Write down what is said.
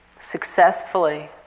successfully